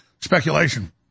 speculation